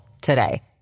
today